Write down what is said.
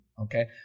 Okay